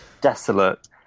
desolate